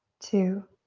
two,